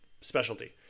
specialty